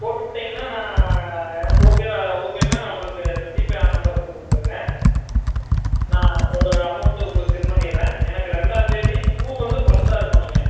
போட்டு விட்டீங்கன்னா நான் எனக்கு ஓகே ஓகேன்னால் நான் உங்களுக்கு இப்போ ஜிபே நம்பர் போட்டு விட்டுருங்க நான் ஒரு அமௌண்ட்டு உங்களுக்கு செண்ட் பண்ணிடறேன் எனக்கு ரெண்டாம்தேதி பூ வந்து ஃப்ரெஸ்ஸாக இருக்கணுங்க